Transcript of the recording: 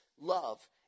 love